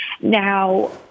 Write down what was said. Now